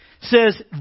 says